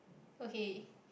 okay